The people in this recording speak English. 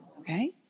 Okay